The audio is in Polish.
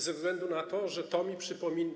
Ze względu na to, że to mi przypomina.